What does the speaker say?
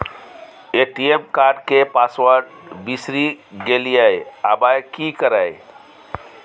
ATM card के password बिसरि गेलियै आबय की करियै?